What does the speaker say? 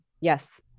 yes